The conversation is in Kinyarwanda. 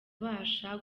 abasha